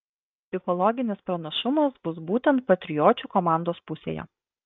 psichologinis pranašumas bus būtent patriočių komandos pusėje